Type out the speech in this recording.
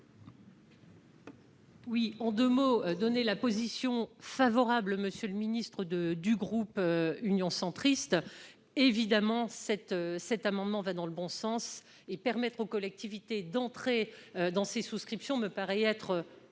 Oui, en 2 mots : donner la position favorable, Monsieur le Ministre de du groupe Union centriste évidemment cette cet amendement va dans le bon sens et permettre aux collectivités d'entrer dans ces souscriptions me paraît être